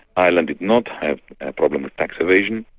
ireland did not have a problem with tax evasion.